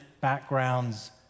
backgrounds